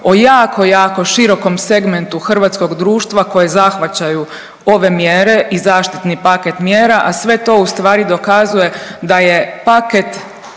o jako, jako širokom segmentu hrvatskog društva koji zahvaćaju ove mjere i zaštitni paket mjera, a sve to u stvari dokazuje da je paket